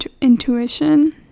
intuition